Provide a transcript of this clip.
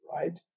right